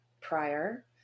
prior